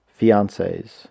fiancés